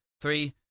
Three